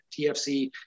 TFC